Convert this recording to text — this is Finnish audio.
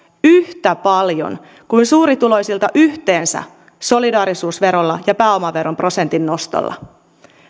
yhtä paljon kuin suurituloisilta yhteensä solidaarisuusverolla ja pääomaveroprosentin nostolla